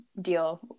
deal